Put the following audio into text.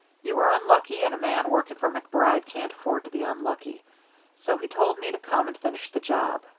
you were unlucky, and a man working for macbride can't afford to be unlucky so he told me to come and finish the job.